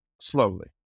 slowly